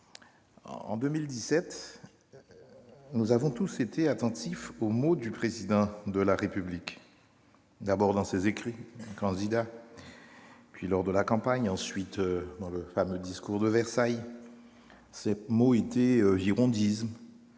En 2017, nous avons tous été attentifs aux mots du Président de la République, d'abord dans ses écrits de candidat, puis lors de la campagne, ensuite dans son fameux discours de Versailles. Ses mots étaient « girondisme »,